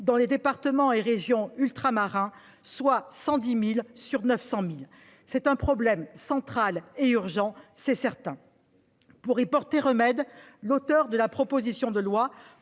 dans les départements et régions ultramarins, soit 110 000 sur 900 000. C'est certainement un problème central et urgent. Pour y porter remède, l'auteur de la proposition de loi